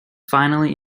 finally